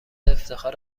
افتخار